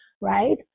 right